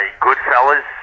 Goodfellas